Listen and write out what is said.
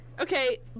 Okay